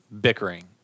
bickering